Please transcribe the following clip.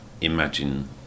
imagine